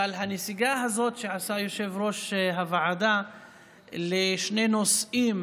אבל הנסיגה הזאת שעשה יושב-ראש הוועדה בשני נושאים